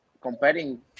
Comparing